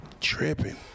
tripping